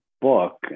book